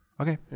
Okay